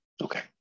Okay